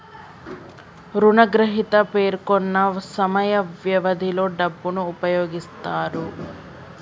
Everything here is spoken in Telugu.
రుణగ్రహీత పేర్కొన్న సమయ వ్యవధిలో డబ్బును ఉపయోగిస్తాడు